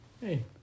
Hey